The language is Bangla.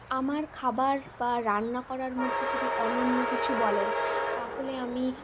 আমার খাবার বা রান্না করার মধ্যে যদি অনন্য কিছু বলেন তাহলে আমি